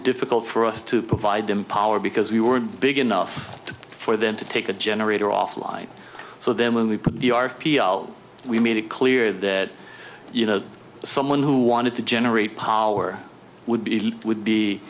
difficult for us to provide them power because we were big enough for them to take a generator off line so then when we put the r p o we made it clear that you know someone who wanted to generate power would be would be